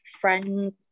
friends